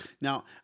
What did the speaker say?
Now